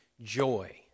Joy